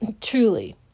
truly